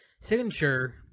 signature